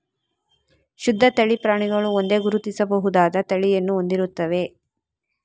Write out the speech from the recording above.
ಶುದ್ಧ ತಳಿ ಪ್ರಾಣಿಗಳು ಒಂದೇ, ಗುರುತಿಸಬಹುದಾದ ತಳಿಯನ್ನು ಹೊಂದಿರುತ್ತವೆ